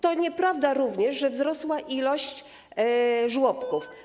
To nieprawda również, że wzrosła liczba żłobków.